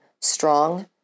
strong